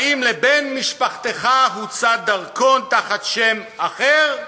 האם לבן משפחתך הוצא דרכון תחת שם אחר?